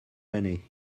l’année